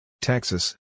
Texas